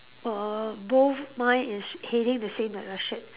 err both mine is heading the same direction